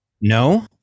no